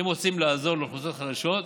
אם רוצים לעזור לאוכלוסיות חלשות,